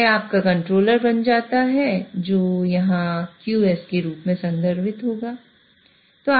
यह आपका कंट्रोलर बन जाता है जो यहाँ q के रूप में संदर्भित होगा